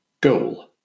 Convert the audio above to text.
goal